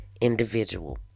individual